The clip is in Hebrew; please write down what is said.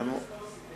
יש דיון על ויסקונסין.